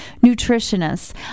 nutritionists